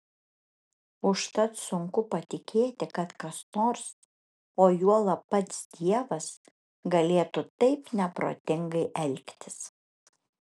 užtat sunku patikėti kad kas nors o juolab pats dievas galėtų taip neprotingai elgtis